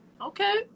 okay